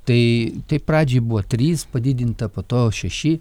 tai taip pradžiai buvo trys padidinta po to šeši